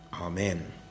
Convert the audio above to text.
Amen